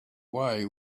way